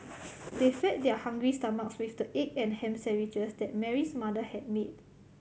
they fed their hungry stomachs with the egg and ham sandwiches that Mary's mother had made